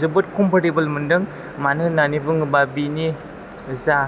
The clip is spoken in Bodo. जोबोत कमफर्थेबोल मोनदों मानो होन्नानै बुङोबा बेनि जा